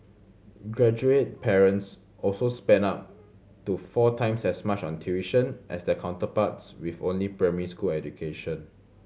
graduate parents also spent up to four times as much on tuition as their counterparts with only primary school education